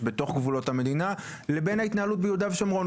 בתוך גבולות המדינה לבין ההתנהלות ביהודה ושומרון.